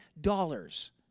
dollars